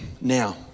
Now